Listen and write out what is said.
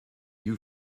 you